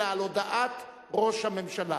אלא על הודעת ראש הממשלה.